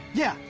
yeah,